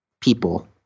people